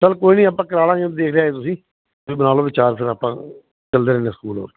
ਚਲ ਕੋਈ ਨੀ ਆਪਾਂ ਕਰਾਲਾਂਗੇ ਦੇਖ ਆਇਓ ਤੁਸੀਂ ਵੀ ਬਣਾਲੋ ਵਿਚਾਰ ਫੇਰ ਆਪਾਂ ਚਲਦੇ ਰਹਿੰਦੇ ਸਕੂਲ ਹੋਰ